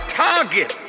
target